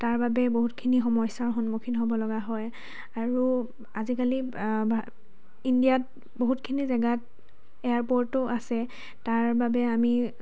তাৰ বাবে বহুতখিনি সমস্যাৰ সন্মুখীন হ'বলগা হয় আৰু আজিকালি ইণ্ডিয়াত বহুতখিনি জাগাত এয়াৰপৰ্টো আছে তাৰ বাবে আমি